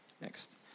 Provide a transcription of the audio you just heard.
Next